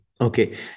Okay